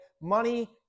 money